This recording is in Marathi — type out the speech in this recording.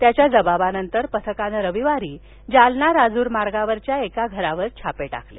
त्याच्या जबाबानंतर पथकानं रविवारी जालना राजूर मार्गावरच्या एका घरावर छापे टाकले